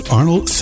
Arnold